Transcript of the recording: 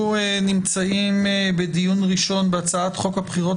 אנחנו נמצאים בדיון ראשון בהצעת חוק הבחירות